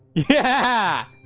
yeah.